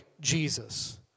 Jesus